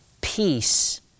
Peace